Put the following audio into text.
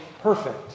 perfect